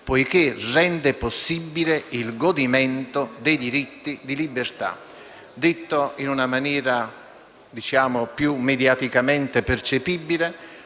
poiché rende possibile il godimento dei diritti di libertà. Detto in una maniera più mediaticamente percepibile,